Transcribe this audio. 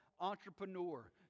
entrepreneur